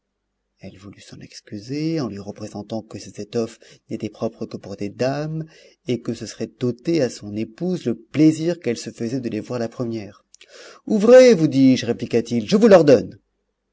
elle voulut s'en excuser en lui représentant que ces étoffes n'étaient propres que pour des dames et que ce serait ôter à son épouse le plaisir qu'elle se faisait de les voir la première ouvrez vous dis-je répliqua-t-il je vous l'ordonne